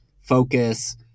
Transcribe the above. focus